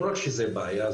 לא רק שזה בעיה,